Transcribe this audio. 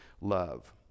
love